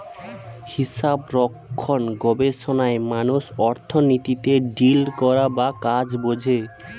হিসাবরক্ষণ গবেষণায় মানুষ অর্থনীতিতে ডিল করা বা কাজ বোঝে